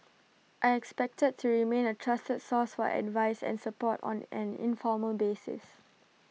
I expect to remain A trusted source for advice and support on an informal basis